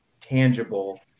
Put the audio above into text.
tangible